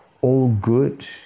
all-good